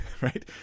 right